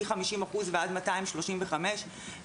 מ-50% ועד 235%,